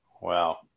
Wow